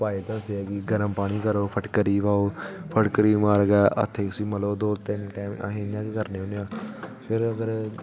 उपाय दसदे ऐ कि गर्म पानी करो फटकड़ी पाओ फटकड़ी उ'आं गै ह'त्थे ई उसी मलो दो तिन्न टैम अस इ'यां गै करने होने आं फिर उद्धर